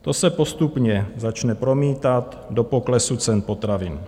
To se postupně začne promítat do poklesu cen potravin.